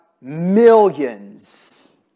millions